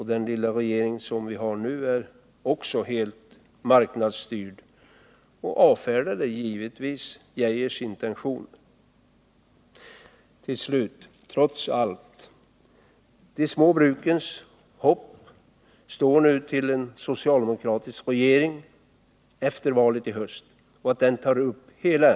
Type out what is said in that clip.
Den lilla regering vi har nu är dessutom helt marknadsstyrd, och den har givetvis avfärdat Arne Geijers intentioner. Till sist: De små brukens hopp står nu till att en socialdemokratisk regering efter valet i höst tar upp hela strukturfrågan igen.